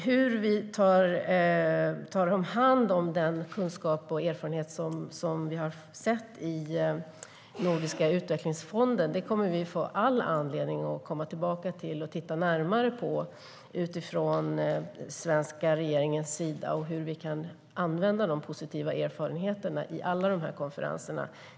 Hur vi tar hand om den kunskap och erfarenhet vi har sett i Nordiska utvecklingsfonden kommer vi alltså att få all anledning att komma tillbaka till och titta närmare på från den svenska regeringens sida. Det gäller även hur vi kan använda de positiva erfarenheterna i alla konferenserna.